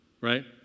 right